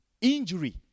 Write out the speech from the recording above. injury